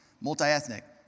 multi-ethnic